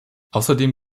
außerdem